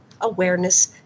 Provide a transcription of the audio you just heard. awareness